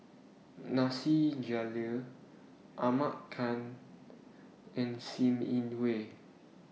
Nasir Jalil Ahmad Khan and SIM Yi Hui